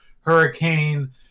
hurricane